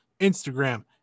Instagram